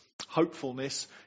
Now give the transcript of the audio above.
hopefulness